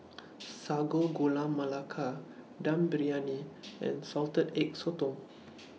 Sago Gula Melaka Dum Briyani and Salted Egg Sotong